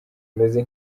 imeze